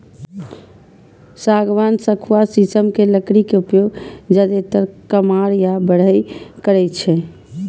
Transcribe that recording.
सागवान, सखुआ, शीशम के लकड़ी के उपयोग जादेतर कमार या बढ़इ करै छै